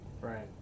Right